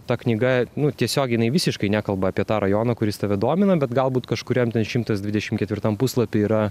ta knyga nu tiesiogiai jinai visiškai nekalba apie tą rajoną kuris tave domina bet galbūt kažkuriam ten šimtas dvidešim ketvirtam puslapy yra